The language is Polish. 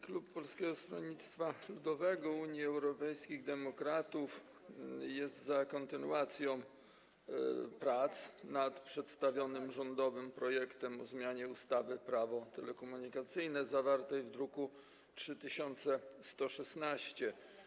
Klub Polskiego Stronnictwa Ludowego - Unii Europejskich Demokratów jest za kontynuacją prac nad przedstawionym rządowym projektem ustawy o zmianie ustawy Prawo telekomunikacyjne, zawartym w druku nr 3116.